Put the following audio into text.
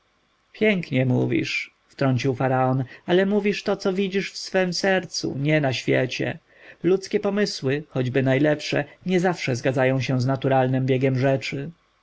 pięknie mówisz wtrącił faraon ale mówisz to co widzisz w swem sercu nie na świecie ludzkie pomysły choćby najlepsze niezawsze zgadzają się z naturalnym biegiem rzeczy